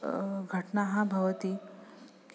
घटनाः भवन्ति